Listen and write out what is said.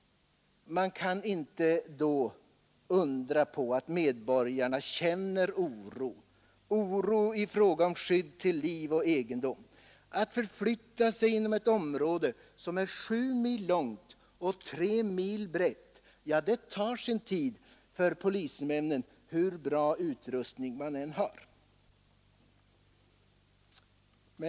Man kan då inte undra på att medborgarna känner oro, oro för liv och egendom. Att förflytta sig inom ett område, som är sju mil långt och tre mil brett tar sin tid för polismännen, hur bra utrustning de än har.